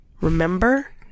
Remember